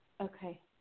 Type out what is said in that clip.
Okay